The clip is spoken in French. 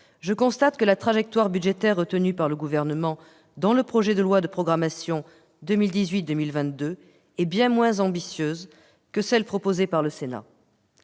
je constate que la trajectoire budgétaire retenue par le Gouvernement dans le projet de loi de programmation 2018-2022 est bien moins ambitieuse que celle proposée par le Sénat.